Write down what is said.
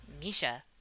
misha